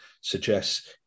suggests